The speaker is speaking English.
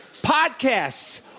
podcasts